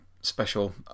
special